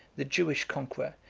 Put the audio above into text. the jewish conqueror,